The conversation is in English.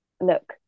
look